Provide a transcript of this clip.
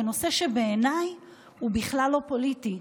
בנושא שבעיניי הוא בכלל לא פוליטי,